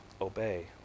obey